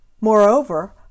Moreover